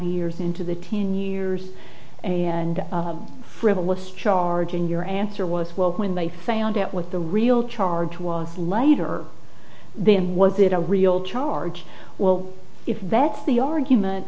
years into the ten years and frivolous charge in your answer was well when they found out what the real charge was later then was it a real charge well if that's the argument